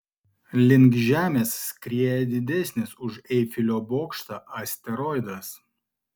link žemės skrieja didesnis už eifelio bokštą asteroidas